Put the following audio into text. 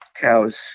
Cows